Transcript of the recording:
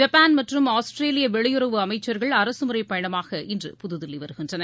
Japan மற்றும் ஆஸ்திரேலிய வெளியுறவு அமைச்சர்கள் அரசுமுறைப் பயணமாக இன்று புதுதில்லி வருகின்றனர்